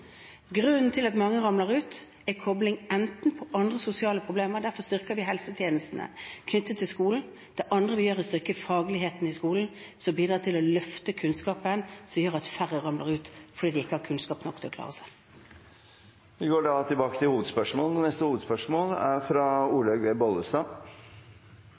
Grunnen til at mange ramler ut, er kobling til andre sosiale problemer. Derfor styrker vi helsetjenestene knyttet til skolen. Det andre vi gjør, er å styrke fagligheten i skolen. Dette bidrar til å løfte kunnskapen, som gjør at færre ramler ut fordi de ikke har kunnskap nok til å klare seg. Vi går